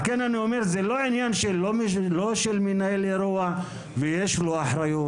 על כן אני אומר שזה לא עניין של מנהל אירוע למרות שיש לו אחריות.